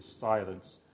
silence